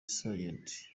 sgt